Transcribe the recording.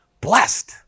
blessed